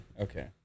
Okay